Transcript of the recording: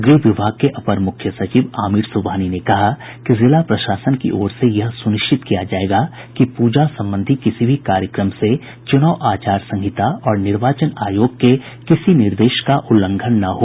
गृह विभाग के अपर मुख्य सचिव आमिर सुबहानी ने कहा कि जिला प्रशासन की ओर से यह सुनिश्चित किया जायेगा कि पूजा संबंधी किसी भी कार्यक्रम से चुनाव आचार संहिता और निर्वाचन आयोग के किसी निर्देश का उल्लंघन न हो